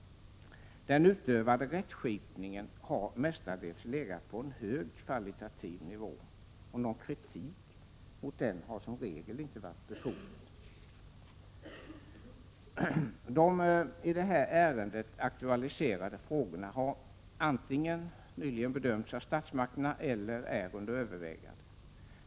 Den utövade rättsskipningen har mestadels legat på hög kvalitativ nivå, och någon kritik har som regel inte varit befogad. De i det här ärendet aktualiserade frågorna har antingen nyligen bedömts av statsmakterna eller är under övervägande.